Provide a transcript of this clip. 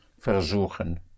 Versuchen